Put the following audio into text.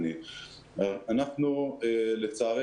להרבה מאוד סטודנטים שנקלעו למצוקה כל זה